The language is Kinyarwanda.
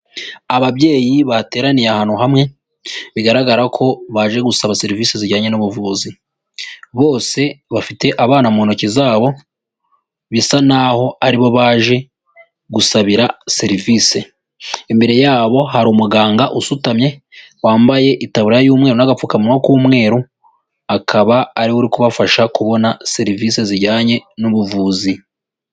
Ababyeyi bateraniye ahantu hamwe, bigaragara ko baje gusaba serivisi zijyanye n'ubuvuzi. Bose bafite abana mu ntoki zabo, bisa naho ari bo baje gusabira serivisi. Imbere yabo hari umuganga usutamye, wambaye itaburiya y'umweru n'agapfukamunwa k'umweru, akaba ari we uri kubafasha kubona serivisi zijyanye n'ubuvuzi.